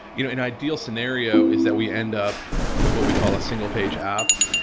you know, an ideal scenario is that we end up with what we call a single page app.